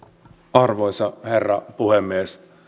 arvoisa herra puhemies